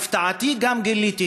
להפתעתי, גיליתי